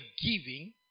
giving